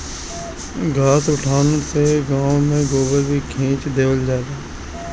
घास उठौना से गाँव में गोबर भी खींच देवल जाला